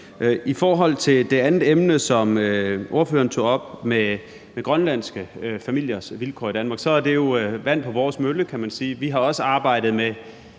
I forhold til det andet emne, som ordføreren tog op, om grønlandske familiers vilkår i Danmark, så er det jo vand på vores mølle, kan man sige. Vi har også arbejdet med,